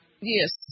Yes